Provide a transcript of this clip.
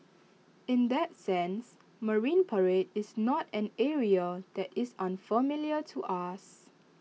in that sense marine parade is not an area that is unfamiliar to us